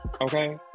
Okay